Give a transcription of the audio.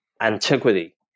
antiquity